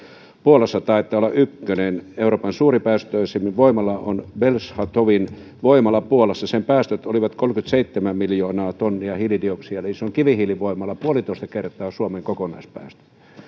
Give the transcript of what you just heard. puolassa taitaa olla ykkönen euroopan suuripäästöisin voimala on belchatowin voimala puolassa sen päästöt olivat kolmekymmentäseitsemän miljoonaa tonnia hiilidioksidia se on kivihiilivoimala puolitoista kertaa suomen kokonaispäästö